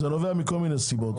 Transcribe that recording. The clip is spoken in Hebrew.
זה נובע מכל מיני סיבות,